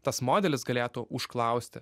tas modelis galėtų užklausti